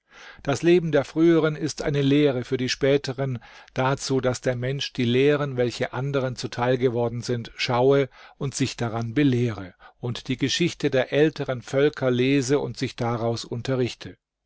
das leben der früheren ist eine lehre für die späteren dazu daß der mensch die lehren welche anderen zuteil geworden sind schaue und sich daran belehre und die geschichte der älteren völker lese und sich daraus unterrichte